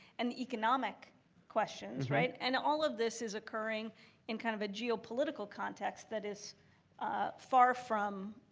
and economic questions, right? and all of this is occurring in kind of a geopolitical context that is ah far from